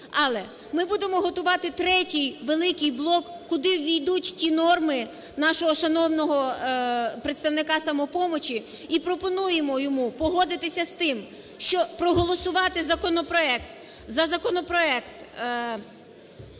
Але ми будемо готувати третій великий блок, куди увійдуть ті норми нашого шановного представника "Самопомочі", і пропонуємо йому погодитися з тим, що проголосувати за законопроект